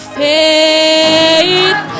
faith